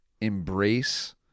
embrace